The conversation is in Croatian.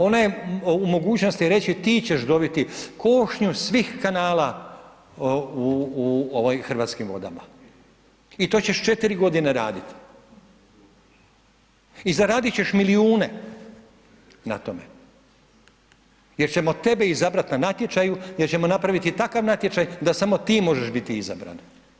Ona je u mogućnosti reći ti ćeš dobiti košnju svih kanala u Hrvatskim vodama i to ćeš 4 godine raditi i zaradit ćeš milijune na tome, jer ćemo tebe izabrati na natječaju jer ćemo napraviti takav natječaj da samo ti možeš biti izabran.